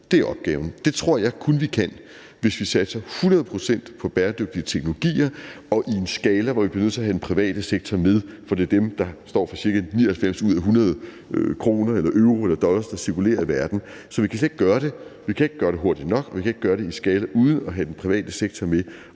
Det er opgaven. Det tror jeg kun vi kan, hvis vi satser hundrede procent på bæredygtige teknologier – og i en skala, hvor vi er nødt til at have den private sektor med, for det er dem, der står for ca. 99 ud af 100 kr. eller euro eller dollars, som cirkulerer i verden. Så vi kan slet ikke gøre det; vi kan ikke gøre det hurtigt nok; vi kan ikke gøre det i den skala uden at have den private sektor med.